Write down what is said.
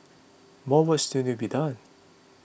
more work still needs be done